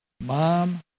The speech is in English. mom